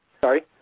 Sorry